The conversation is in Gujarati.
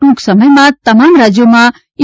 ટૂંક સમયમાં તમામ રાજયોમાં ઇ